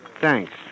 Thanks